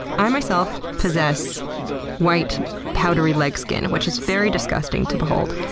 i myself possess white, powdery, leg skin, which is very disgusting to behold.